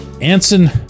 Anson